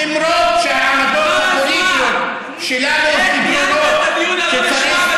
למרות שהעמדות הפוליטיות שלנו, חבל על הזמן.